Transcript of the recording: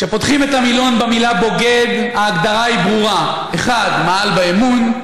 כשפותחים את המילון במילה "בוגד" ההגדרה היא ברורה: 1. מעל באמון,